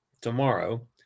tomorrow